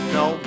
no